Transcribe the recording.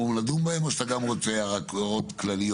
נדון בהם או שאתה גם רוצה הערות כלליות?